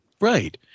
Right